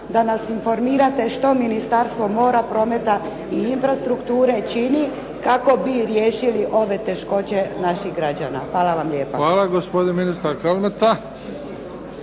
da nas informirate što Ministarstvo mora, prometa i infrastrukture čini kako bi riješili ove teškoće naših građana. Hvala vam lijepa. **Bebić, Luka (HDZ)** Hvala. Gospodin ministar Kalmeta.